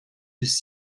bis